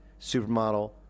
supermodel